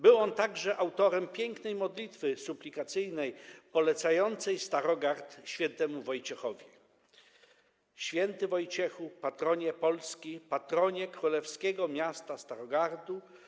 Był on także autorem pięknej modlitwy suplikacyjnej polecającej Starogard św. Wojciechowi: „Święty Wojciechu, patronie Polski, Patronie Królewskiego Miasta Starogardu.